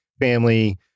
family